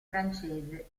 francese